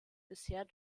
bisher